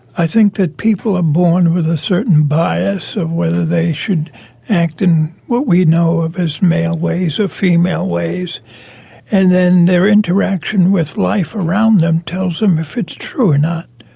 i think that people are born with a certain bias of whether they should act in what we know as male ways or female ways and then their interaction with life around them tells them if it's true or not.